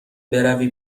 بروی